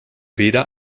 weder